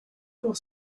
pour